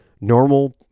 normal